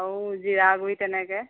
আৰু জিৰা গুৰি তেনেকৈ